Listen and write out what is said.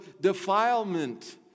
defilement